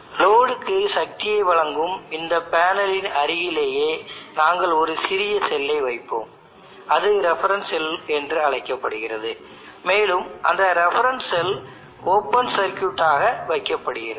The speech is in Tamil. லோடுக்கு சக்தியை வழங்கும் இந்த பேனலின் அருகிலேயே நாங்கள் ஒரு சிறிய செல்லை வைப்போம் அது ரெஃபரன்ஸ் செல் என்று அழைக்கப்படுகிறது மேலும் அந்த ரெஃபரன்ஸ் செல் ஓபன் சர்க்யூட் ஆக வைக்கப்படுகிறது